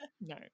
no